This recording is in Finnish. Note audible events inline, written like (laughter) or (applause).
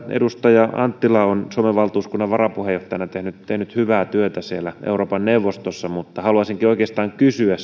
edustaja anttila on suomen valtuuskunnan varapuheenjohtajana tehnyt hyvää työtä euroopan neuvostossa mutta haluaisinkin oikeastaan kysyä (unintelligible)